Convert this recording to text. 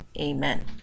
amen